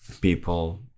people